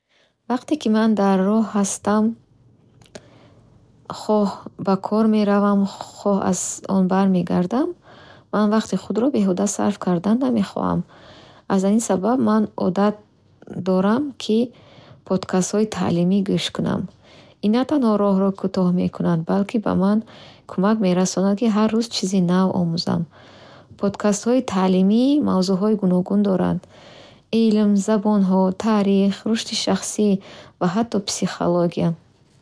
Вақте ки ман дар роҳ ҳастам. Хоҳ ба кор меравам, хоҳ аз он бармегардам ман вақти худро беҳуда сарф кардан намехоҳам. Аз ҳамин сабаб ман одат дорам, ки подкастҳои таълимӣ гӯш кунам. Ин на танҳо роҳро кӯтоҳтар мекунад, балки ба ман кӯмак мерасонад, ки ҳар рӯз чизе нав омӯзам. Подкастҳои таълимӣ мавзӯъҳои гуногун доранд: илм, забонҳо, таърих, рушди шахсӣ ва ҳатто психология.